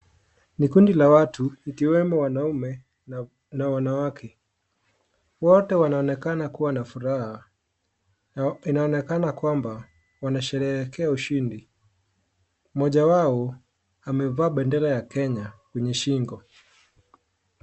Ni kundi la watu ikiwemo wanaume na wanawake. Wote wanaonekana kuwa na furaha na inaonekana kwamba, wanasherehekea ushindi. Mmoja wao amevaa bendera ya Kenya kwenye shingo.